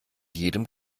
jedem